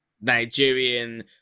Nigerian